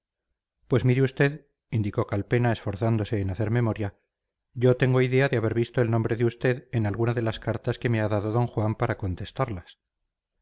pues mire usted indicó calpena esforzándose en hacer memoria yo tengo idea de haber visto el nombre de usted en alguna de las cartas que me ha dado d juan para contestarlas